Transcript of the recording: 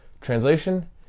Translation